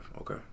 Okay